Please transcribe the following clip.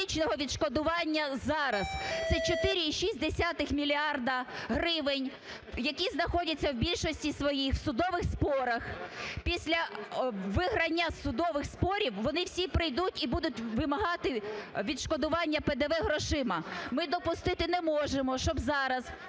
автоматичного відшкодування зараз, це 4,6 мільярди гривень, які знаходяться в більшості своїй в судових спорах. Після виграння судових спорів вони всі прийдуть і будуть вимагати відшкодування ПДВ грошима. Ми допустити не можемо, щоб зараз